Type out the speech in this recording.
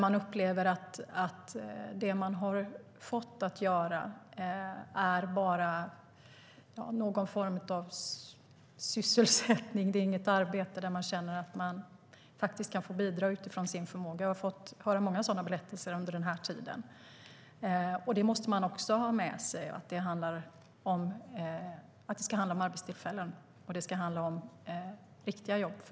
Man upplever att det man har fått att göra är bara någon form av sysselsättning, inte arbete där man kan bidra efter förmåga. Jag har hört många sådana berättelser under denna tid. Vi måste ha med oss att det ska handla om arbetstillfällen - riktiga jobb.